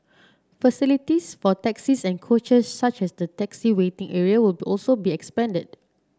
facilities for taxis and coaches such as the taxi waiting area will also be expanded